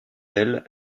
ailes